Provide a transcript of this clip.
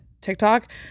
TikTok